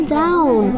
down